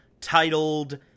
titled